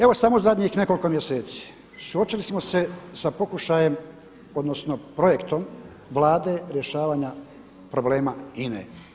Evo samo u zadnjih nekoliko mjeseci suočili smo se sa pokušajem, odnosno projektom Vlade rješavanja problema INA-e.